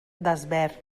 desvern